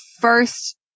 first